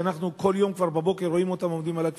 אנחנו כל יום כבר בבוקר רואים אותם עובדים על הכבישים.